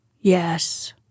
Yes